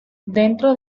dentro